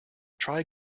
try